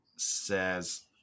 says